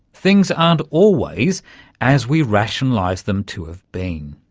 things aren't always as we rationalise them to have been.